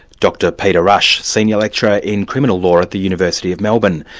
dr peter rush, senior lecturer in criminal law at the university of melbourne,